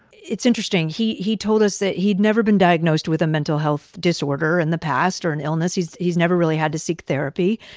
it's interesting. he he told us that he'd never been diagnosed with a mental health disorder in the past or an illness. he's he's never really had to seek therapy.